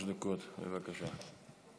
חמש דקות, בבקשה.